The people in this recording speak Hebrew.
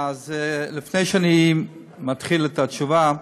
אז לפני שאני מתחיל את התשובה,